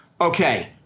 Okay